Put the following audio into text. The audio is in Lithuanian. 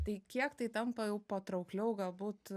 tai kiek tai tampa jau patraukliau galbūt